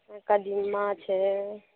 कदीमा छै